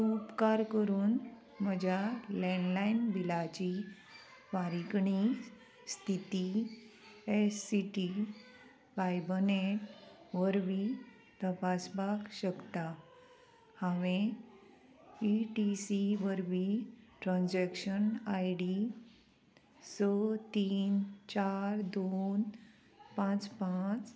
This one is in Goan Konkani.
उपकार करून म्हज्या लँडलायन बिलाची फारीकणी स्थिती S C T fibre net वरवीं तपासपाक शकता हांवें ई टी सी वरवीं ट्रान्जॅक्शन आय डी स तीन चार दोन पांच पांच